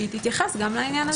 שהיא תתייחס גם לעניין הזה.